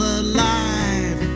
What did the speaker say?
alive